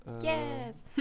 yes